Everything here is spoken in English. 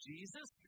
Jesus